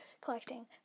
collecting